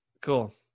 Cool